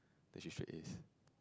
then she straight As